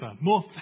more